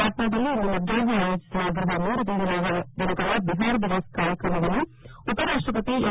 ಪಾಟ್ನಾದಲ್ಲಿ ಇಂದು ಮಧ್ಯಾಹ್ನ ಆಯೋಜಿಸಲಾಗಿರುವ ಮೂರು ದಿನಗಳ ಬಿಹಾರ ದಿವಸ್ ಕಾರ್ಯಕ್ರಮವನ್ನು ಉಪರಾಷ್ಟ್ಯಪತಿ ಎಂ